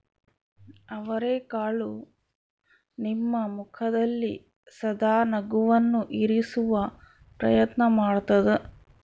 ಅವರೆಕಾಳು ನಿಮ್ಮ ಮುಖದಲ್ಲಿ ಸದಾ ನಗುವನ್ನು ಇರಿಸುವ ಪ್ರಯತ್ನ ಮಾಡ್ತಾದ